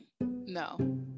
no